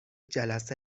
جلسه